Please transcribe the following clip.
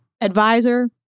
advisor